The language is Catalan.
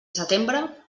setembre